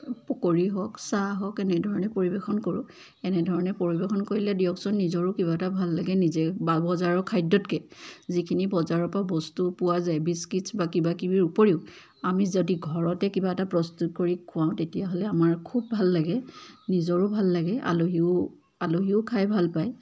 পকৰি হওক চাহ হওক এনেধৰণে পৰিৱেশন কৰোঁ এনেধৰণে পৰিৱেশন কৰিলে দিয়কচোন নিজৰো কিবা এটা ভাল লাগে নিজে বা বজাৰৰ খাদ্যতকৈ যিখিনি বজাৰৰ পৰা বস্তু পোৱা যায় বিস্কিটছ বা কিবাকিবি উপৰিও আমি যদি কিবা এটা ঘৰতে যদি প্ৰস্তুত কৰি খুৱাওঁ তেতিয়াহ'লে আমাৰ খুব ভাল লাগে নিজৰো ভাল লাগে আলহীও আলহীও খাই ভাল পায়